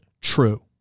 true